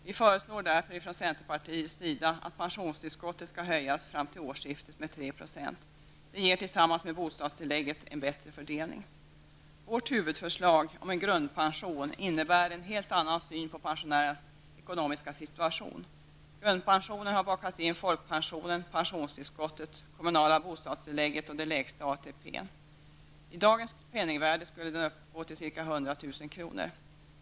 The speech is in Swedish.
Vi i centerpartiet föreslår därför att pensionstillskottet fram till årsskiftet skall höjas med 3 %. Det ger tillsammans med bostadstillägget en bättre fördelning. Vårt huvudförslag om en grundpension innebär en helt annan syn på pensionärernas ekonomiska situation. Grundpensionen har bakat in folkpensionen, pensionstillskottet, kommunala bostadstillägget och den lägsta ATPn. I dagens penningvärde skulle den uppgå till ca 100 000 kr.